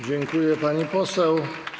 Dziękuję, pani poseł.